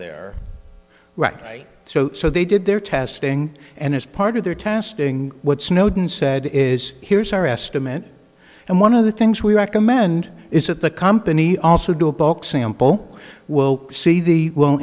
their right so so they did their testing and as part of their testing what snowden said is here's our estimate and one of the things we recommend is that the company also do a book sample will see the